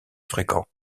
fréquent